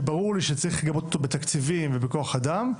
שברור לי שגם צריך לגבות אותו בתקציבים ובכוח אדם,